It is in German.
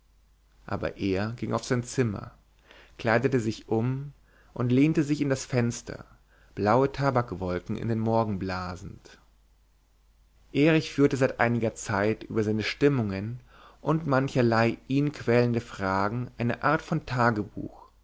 aber er ging auf sein zimmer kleidete sich um und lehnte sich in das fenster blaue tabakwolken in den morgen blasend erich führte seit einiger zeit über seine stimmungen und mancherlei ihn quälende fragen eine art von tagebuch